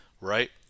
right